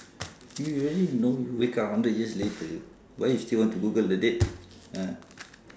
you imagine you know you wake up hundred years later why you still want to google the date ah